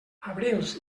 abrils